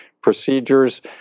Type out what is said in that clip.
procedures